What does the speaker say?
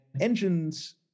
engines